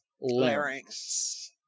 larynx